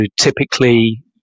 typically